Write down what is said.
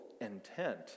intent